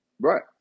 Right